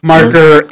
Marker